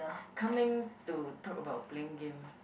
coming to talk about playing game